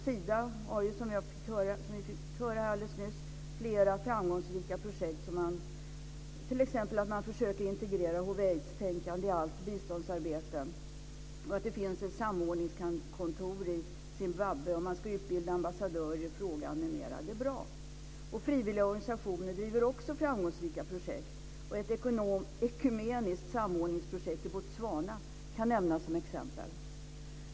Sida har, som vi fick höra alldeles nyss, flera framgångsrika projekt, t.ex. att man försöker integrera hiv/aidstänkande i allt biståndsarbete. Man har samordningskontor i Zimbabwe, och man ska utbilda ambassadörer i frågan m.m. Detta är bra, och även frivilliga organisationer driver framgångsrika projekt. Ett ekumeniskt samordningsprojekt i Botswana kan nämnas som exempel.